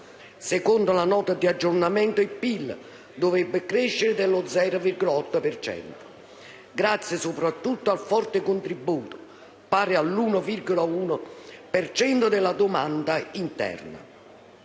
Secondo la Nota di aggiornamento, il PIL dovrebbe crescere dello 0,8 per cento, grazie soprattutto al forte contributo della domanda interna,